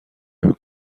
نمی